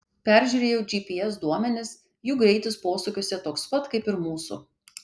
peržiūrėjau gps duomenis jų greitis posūkiuose toks pat kaip ir mūsų